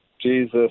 Jesus